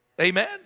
Amen